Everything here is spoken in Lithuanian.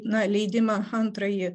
na leidimą antrąjį